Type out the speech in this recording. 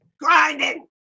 grinding